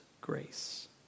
grace